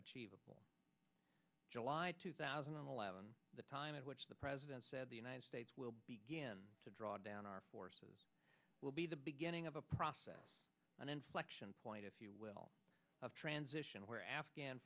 achievable july two thousand and eleven the time at which the president said the united states will begin to draw down our forces will be the beginning of a process an inflection point if you will of transition where afghan